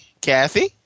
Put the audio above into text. Kathy